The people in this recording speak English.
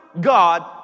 God